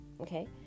okay